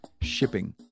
shipping